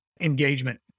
engagement